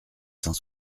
cent